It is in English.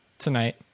Tonight